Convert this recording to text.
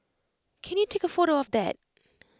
can you take A photo of that